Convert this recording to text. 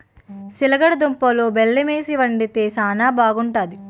సిలగడ దుంపలలో బెల్లమేసి వండితే శానా బాగుంటాది